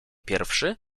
pierwszy